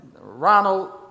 Ronald